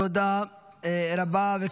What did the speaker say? תודה רבה.